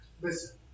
listen